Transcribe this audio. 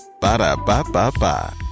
Ba-da-ba-ba-ba